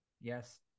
Yes